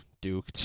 Duke